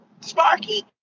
Sparky